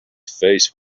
face